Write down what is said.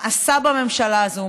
מאסו בממשלה הזאת,